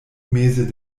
meze